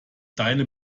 deine